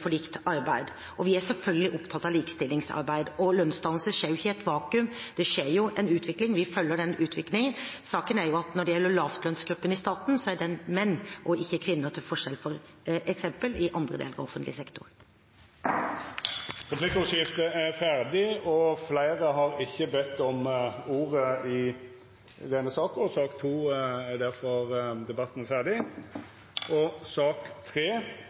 for likt arbeid, og vi er selvfølgelig opptatt av likestillingsarbeid. Lønnsdannelse skjer ikke i et vakuum, det skjer en utvikling, og vi følger den utviklingen. Saken er at når det gjelder lavtlønnsgruppen i staten, er det menn og ikke kvinner, til forskjell fra f.eks. andre deler av offentlig sektor. Replikkordskiftet er omme. Fleire har ikkje bedt om ordet til sak nr. 2. Det er en glede å kunne legge fram en enstemmig innstilling fra kontroll- og